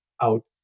out